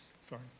Sorry